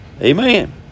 Amen